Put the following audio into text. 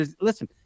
Listen